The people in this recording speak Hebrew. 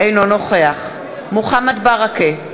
אינו נוכח מוחמד ברכה,